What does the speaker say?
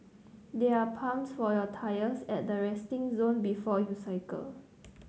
there are pumps for your tyres at the resting zone before you cycle